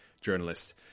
journalist